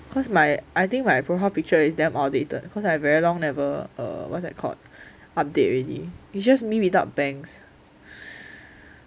cause my I think my profile picture is damn outdated cause I very long never err what's that called update already it's just me without bangs